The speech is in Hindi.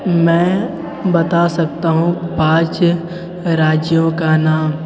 मैं बता सकता हूँ पाँच राज्यों का नाम